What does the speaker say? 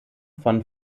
von